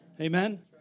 Amen